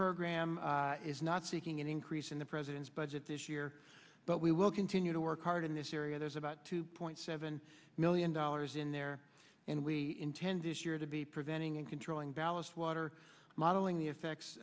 program is not seeking an increase in the president's budget this year but we will continue to work hard in this area there's about two point seven million dollars in there and we intended here to be preventing and controlling ballast water modeling the effects